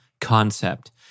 concept